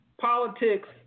politics